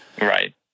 Right